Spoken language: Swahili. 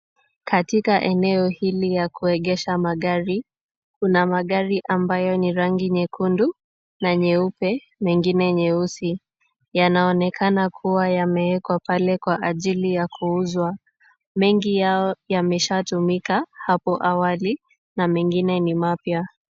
Katika eneo hili ya kuegesha magari kuna magari ambayo ni rangi nyekundu na nyeupe mengine nyeusi. Yanaonekana kuwa yamewekwa pale kwa ajili ya kuuzwa. Mengi yao yameshatumika hapo awali na mengine ni mapya.